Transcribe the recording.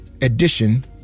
edition